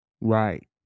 right